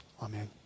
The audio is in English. Amen